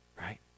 right